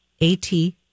A-T